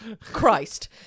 christ